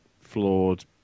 flawed